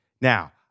Now